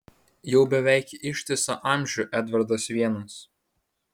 jau beveik ištisą amžių edvardas vienas